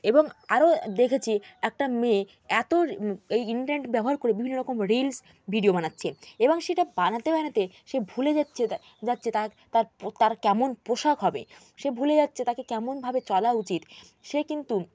এবং আরও দেখেছি একটা মেয়ে এত এই ইন্টারনেট ব্যবহার করে বিভিন্ন রকম রিলস ভিডিও বানাচ্ছে এবং সেটা বানাতে বানাতে সে ভুলে যাচ্ছে তা যাচ্ছে তার তার তার কেমন পোশাক হবে সে ভুলে যাচ্ছে তাকে কেমনভাবে চলা উচিত সে কিন্তু